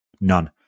none